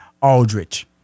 Aldrich